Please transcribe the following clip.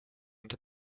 into